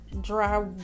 dry